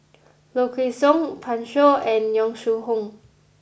Low Kway Song Pan Shou and Yong Shu Hoong